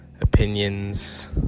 opinions